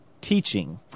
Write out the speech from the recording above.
teaching